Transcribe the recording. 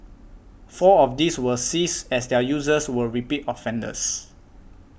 four of these were seized as their users were repeat offenders